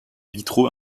vitraux